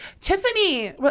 Tiffany